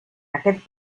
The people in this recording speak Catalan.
aquest